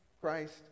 Christ